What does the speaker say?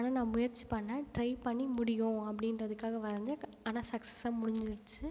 ஆனால் நான் முயற்சி பண்ணேன் ட்ரை பண்ணி முடியும் அப்படின்றதுகாக வந்து க ஆனால் சக்சஸாக முடிஞ்சிருச்சு